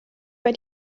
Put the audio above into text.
bei